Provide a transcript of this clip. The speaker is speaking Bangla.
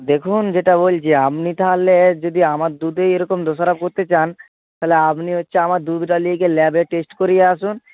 দেখুন যেটা বলছি আপনি তাহলে যদি আমার দুধেই এরকম দোষারোপ করতে চান তাহলে আপনি হচ্ছে আমার দুধটা নিয়ে গিয়ে ল্যাবে টেস্ট করিয়ে আসুন